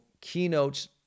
keynotes